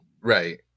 Right